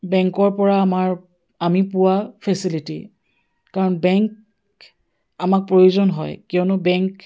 বেংকৰ পৰা আমাৰ আমি পোৱা ফেচিলিটি কাৰণ বেংক আমাক প্ৰয়োজন হয় কিয়নো বেংক